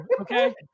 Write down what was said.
okay